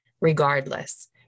regardless